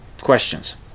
questions